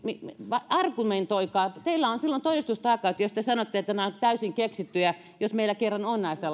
argumentoikaa teillä on silloin todistustaakka jos te sanotte että nämä ovat täysin keksittyjä jos meillä kerran on näistä